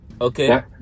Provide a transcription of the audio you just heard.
okay